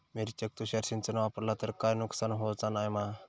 मिरचेक तुषार सिंचन वापरला तर काय नुकसान होऊचा नाय मा?